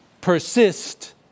persist